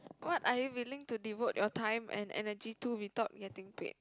what are you willing to devote your time and energy to without getting paid